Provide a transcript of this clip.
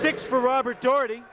six for robert doherty